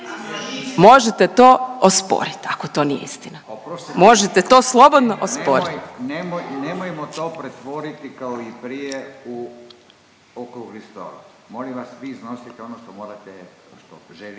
…možete to osporit ako to nije istina, možete to slobodno osporit.